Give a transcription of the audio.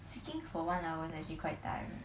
speaking for one hour is actually quite tiring